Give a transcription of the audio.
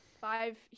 five